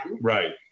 Right